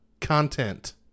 content